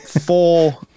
four